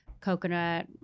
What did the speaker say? coconut